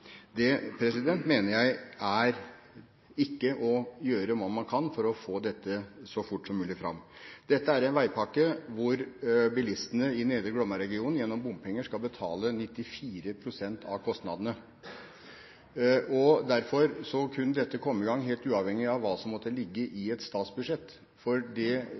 Det mener jeg ikke er å gjøre hva man kan for å få dette så fort som mulig fram. Dette er en veipakke hvor bilistene i Nedre Glomma-regionen gjennom bompenger skal betale 94 pst. av kostnadene. Derfor kan dette komme i gang helt uavhengig av hva som måtte ligge i et statsbudsjett, for det